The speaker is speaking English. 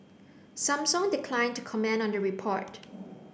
Samsung declined to comment on the report